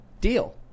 Deal